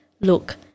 look